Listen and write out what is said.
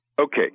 Okay